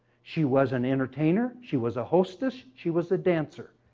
she was an entertainer. she was a hostess. she was a dancer.